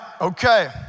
okay